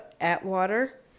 Atwater